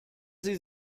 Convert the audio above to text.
sie